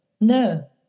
no